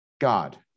God